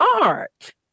art